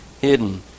hidden